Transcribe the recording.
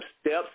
steps